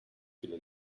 viele